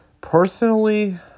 Personally